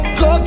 go